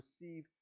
receive